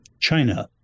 China